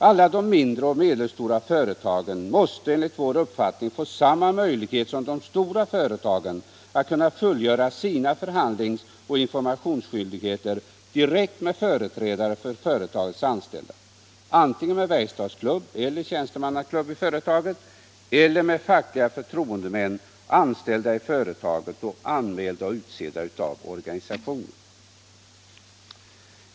Alla de mindre och medelstora företagen måste enligt vår uppfattning få samma möjlighet som de stora företagen att fullgöra sina förhandlingsoch informationsskyldigheter direkt med företrädare för företagets anställda, antingen med verkstadsklubb eller med tjänstemannaklubb i företaget eller med facklig förtroendeman, anställd i företaget och anmäld och utsedd av organisationerna.